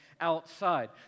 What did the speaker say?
Outside